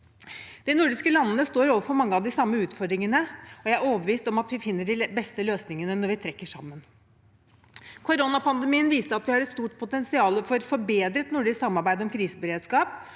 De nordiske landene står overfor mange av de samme utfordringene, og jeg er overbevist om at vi finner de beste løsningene når vi trekker sammen. Koronapandemien viste at vi har et stort potensial for forbedret nordisk samarbeid om kriseberedskap.